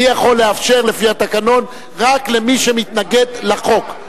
אני יכול לאפשר, לפי התקנון, רק למי שמתנגד לחוק.